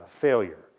failure